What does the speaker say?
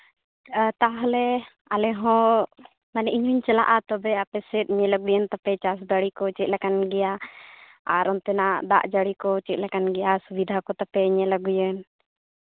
ᱟᱨ ᱛᱟᱦᱚᱞᱮ ᱟᱞᱮᱦᱚᱸ ᱢᱟᱱᱮ ᱤᱧ ᱦᱚᱸᱧ ᱪᱟᱞᱟᱜᱼᱟ ᱛᱚᱵᱮ ᱟᱯᱮ ᱥᱮᱫ ᱧᱮᱞ ᱟᱹᱜᱩᱭᱟᱹᱧ ᱛᱟᱯᱮ ᱪᱟᱥ ᱫᱟᱮ ᱠᱚ ᱪᱮᱫ ᱞᱮᱠᱟᱱ ᱜᱮᱭᱟ ᱟᱨ ᱚᱱᱛᱮ ᱱᱟᱜ ᱫᱟᱜ ᱡᱟᱹᱲᱤ ᱠᱚ ᱪᱮᱫ ᱞᱮᱠᱟᱱ ᱜᱮᱭᱟ ᱥᱩᱵᱤᱫᱷᱟ ᱠᱚ ᱛᱟᱯᱮ ᱧᱮᱞ ᱟᱹᱜᱩᱭᱟ